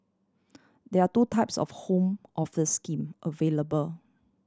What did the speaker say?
there are two types of Home Office scheme available